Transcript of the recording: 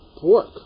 pork